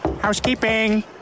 Housekeeping